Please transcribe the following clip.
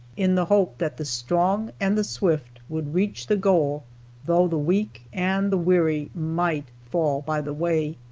in the hope that the strong and the swift would reach the goal though the weak and the weary might fall by the way.